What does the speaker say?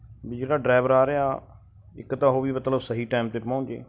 ਵੀ ਜਿਹੜਾ ਡਰਾਈਵਰ ਆ ਰਿਹਾ ਇੱਕ ਤਾਂ ਉਹ ਵੀ ਮਤਲਬ ਸਹੀ ਟਾਈਮ 'ਤੇ ਪਹੁੰਚ ਜੇ